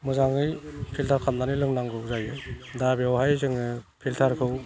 मोजाङै फिल्टार खालामनानै लोंनांगौ जायो दा बेवहाय जोङो फिल्टारखौ